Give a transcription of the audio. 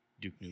Duke